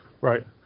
Right